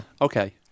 Okay